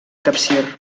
capcir